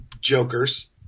jokers